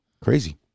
Crazy